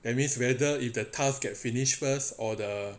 that means whether if the task gets finish first or the